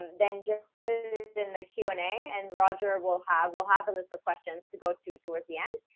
then just put it in the q and a and roger will have will have the list of questions to go to towards the end,